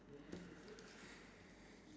ask like the questions